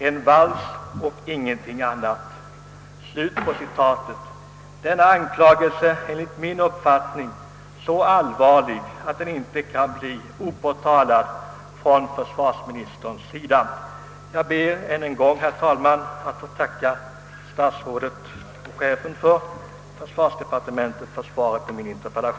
En vals och ingenting annat.» Denna anklagelse är enligt min uppfattning så allvarlig, att den inte kan förbli opåtalad från försvarsministerns sida. Jag ber att än en gång få tacka herr statsrådet för svaret.